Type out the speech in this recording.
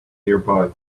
nearby